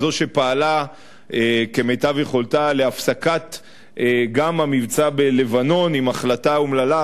זו שפעלה כמיטב יכולתה גם להפסקת המבצע בלבנון עם החלטה אומללה,